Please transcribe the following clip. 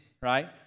right